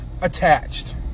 attached